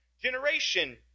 generation